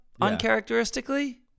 uncharacteristically